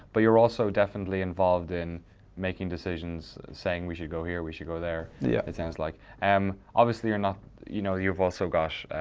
but you're also definitely involved in making decisions, saying we should go here, we should go there, yeah it sounds like. um obviously you're not, you know you've also, gosh,